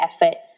effort